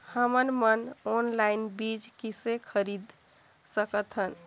हमन मन ऑनलाइन बीज किसे खरीद सकथन?